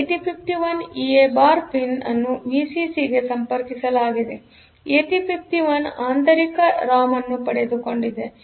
8051 EA bar pin ಅನ್ನುವಿಸಿಸಿಗೆಸಂಪರ್ಕಿಸಲಾಗಿದೆಆದ್ದರಿಂದ 8051 ಆಂತರಿಕ RAM ಅನ್ನು ಪಡೆದುಕೊಂಡಿದೆ